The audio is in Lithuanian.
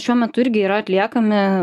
šiuo metu irgi yra atliekami